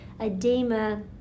Edema